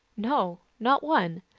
no, not one.